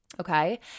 okay